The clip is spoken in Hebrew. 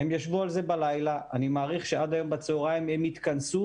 הם ישבו על זה בלילה ואני מעריך שעד היום בצהרים הם יתכנסו